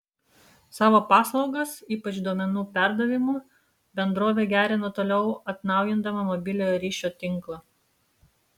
savo paslaugas ypač duomenų perdavimo bendrovė gerina toliau atnaujindama mobiliojo ryšio tinklą